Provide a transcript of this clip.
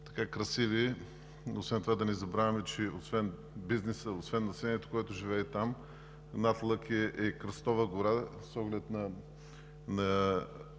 красива. Освен това да не забравяме, че освен бизнеса, освен населението, което живее там, над Лъки е и Кръстова гора. С оглед на